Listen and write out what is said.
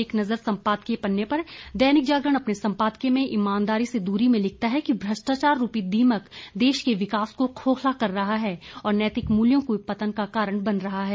एक नजर संपादकीय पन्ने पर दैनिक जागरण अपने संपादकीय में ईमानदारी से दूरी में लिखता है कि भ्रष्टाचार रूपी दीमक देश के विकास को खोखला कर रहा है और नैतिक मूल्यों के पतन का कारण बन रहा है